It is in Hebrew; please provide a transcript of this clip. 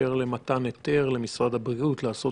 באשר למתן היתר למשרד הבריאות לעשות